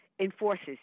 enforces